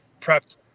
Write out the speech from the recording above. prepped